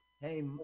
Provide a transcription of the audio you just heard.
Hey